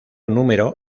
número